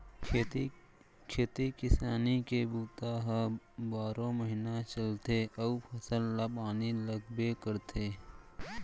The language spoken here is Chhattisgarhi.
खेती किसानी के बूता ह बारो महिना चलथे अउ फसल ल पानी लागबे करथे